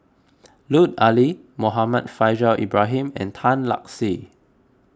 Lut Ali Muhammad Faishal Ibrahim and Tan Lark Sye